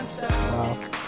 Wow